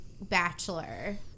bachelor